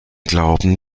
glauben